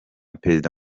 perezida